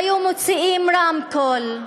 היו מוציאים רמקול,